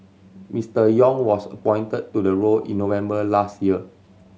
Mister Yong was appointed to the role in November last year